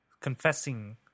confessing